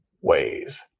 ways